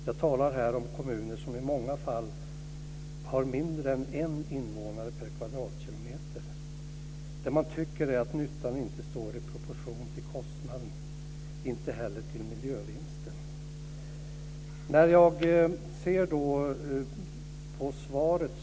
Jag talar här om kommuner som i många fall har mindre än 1 invånare per kvadratkilometer. Man tycker att nyttan inte står i proportion till kostnaden och inte heller till miljövinsten.